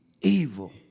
evil